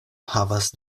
havas